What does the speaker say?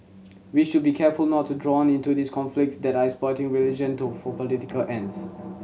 we should be careful not to drawn into these conflicts that are exploiting religion to for political ends